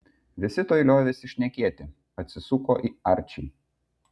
visi tuoj liovėsi šnekėti atsisuko į arčį